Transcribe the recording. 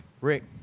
Rick